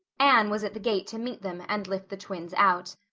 anne was at the gate to meet them and lift the twins out.